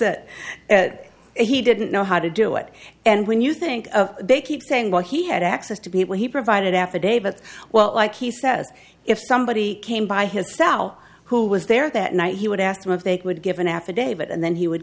that he didn't know how to do it and when you think of they keep saying well he had access to people he provided affidavit well like he says if somebody came by his cell who was there that night he would ask them if they could give an affidavit and then he would